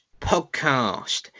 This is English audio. podcast